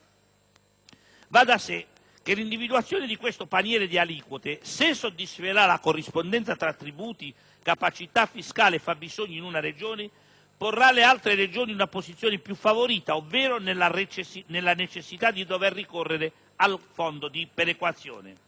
Va da sé che l'individuazione di questo paniere di aliquote, se soddisferà la corrispondenza tra tributi, capacità fiscale e fabbisogni in una Regione, porrà le altre Regioni in una posizione più favorita, ovvero nella necessità di dover ricorrere al fondo di perequazione.